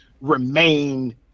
remain